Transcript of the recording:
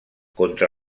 contra